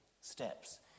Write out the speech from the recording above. steps